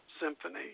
symphony